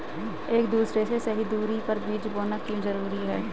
एक दूसरे से सही दूरी पर बीज बोना क्यों जरूरी है?